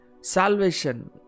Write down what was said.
Salvation